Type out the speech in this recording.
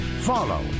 Follow